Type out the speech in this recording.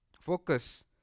focus